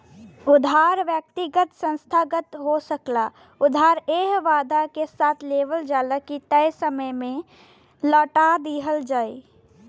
उधार व्यक्तिगत संस्थागत हो सकला उधार एह वादा के साथ लेवल जाला की तय समय में लौटा दिहल जाइ